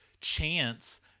chance